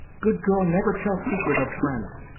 good girl never tell secret of friend.